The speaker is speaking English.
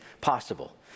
possible